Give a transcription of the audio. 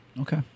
okay